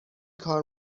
کار